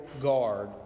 guard